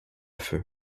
feu